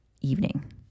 evening